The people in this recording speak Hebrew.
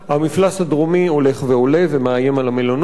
המפלס הדרומי הולך ועולה ומאיים על המלונות,